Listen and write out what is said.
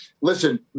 Listen